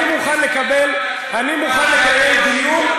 אני מוכן לקיים דיון,